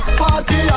party